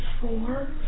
four